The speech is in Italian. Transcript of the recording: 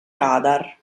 radar